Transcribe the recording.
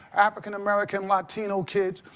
african american, latino kids.